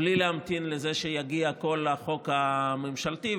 בלי להמתין שיגיע כל החוק הממשלתי,